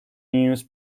news